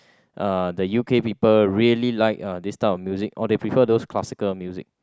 uh the U_K people really like uh this type of music or they prefer those classical music